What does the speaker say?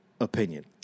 Opinion